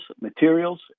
materials